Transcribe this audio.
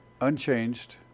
unchanged